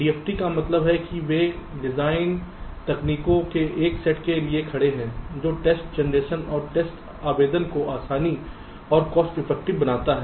DFT का मतलब है कि वे डिजाइन तकनीकों के एक सेट के लिए खड़े हैं जो टेस्ट जनरेशन और टेस्ट आवेदन को आसान और कॉस्ट इफेक्टिव बनाता है